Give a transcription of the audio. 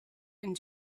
and